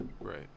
Right